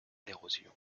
l’érosion